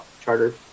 charter